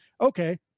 Okay